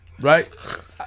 right